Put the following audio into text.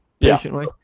patiently